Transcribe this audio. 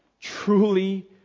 Truly